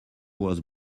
was